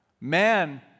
Man